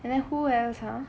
and then who else ah